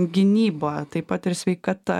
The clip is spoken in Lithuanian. gynyba taip pat ir sveikata